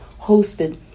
hosted